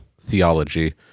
theology